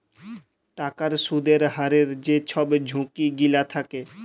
টাকার সুদের হারের যে ছব ঝুঁকি গিলা থ্যাকে